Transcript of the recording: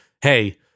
hey